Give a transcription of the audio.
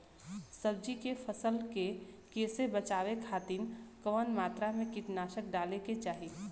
सब्जी के फसल के कियेसे बचाव खातिन कवन मात्रा में कीटनाशक डाले के चाही?